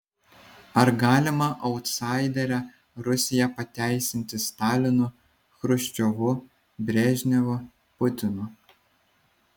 ar galima autsaiderę rusiją pateisinti stalinu chruščiovu brežnevu putinu